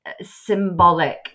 symbolic